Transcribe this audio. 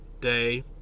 day